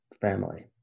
family